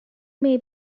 may